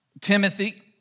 Timothy